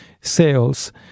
sales